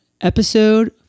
Episode